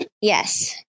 Yes